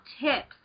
tips